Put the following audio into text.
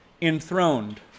enthroned